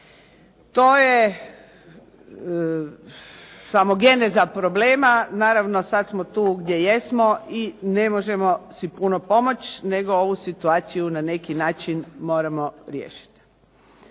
To je samo geneza problema. Naravno sad smo tu gdje jesmo i ne možemo si puno pomoći nego ovu situaciju na neki način moramo riješiti.